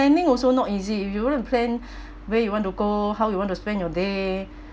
planning also not easy you want to plan where you want to go how you want to spend your day